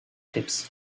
gips